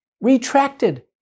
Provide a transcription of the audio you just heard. retracted